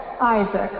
Isaac